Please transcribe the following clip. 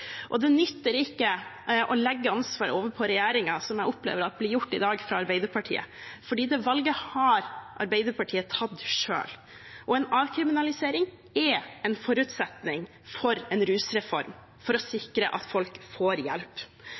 Det nytter ikke å legge ansvaret over på regjeringen, som jeg opplever blir gjort i dag av Arbeiderpartiet, for det valget har Arbeiderpartiet tatt selv. En avkriminalisering er en forutsetning for en rusreform, for å sikre at folk får hjelp.